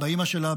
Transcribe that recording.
באימא שלה,